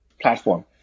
platform